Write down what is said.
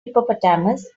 hippopotamus